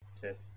cheers